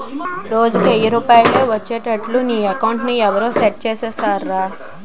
రోజుకి ఎయ్యి రూపాయలే ఒచ్చేట్లు నీ అకౌంట్లో ఎవరూ సెట్ సేసిసేరురా